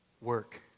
work